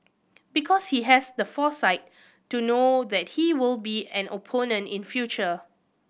because he has the foresight to know that he will be an opponent in future